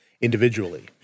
individually